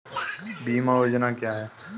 बीमा योजना क्या है?